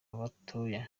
batoya